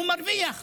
הוא מרוויח,